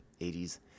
80s